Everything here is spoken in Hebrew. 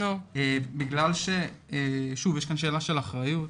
בגלל שיש כאן עניין של אחריות,